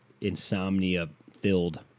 insomnia-filled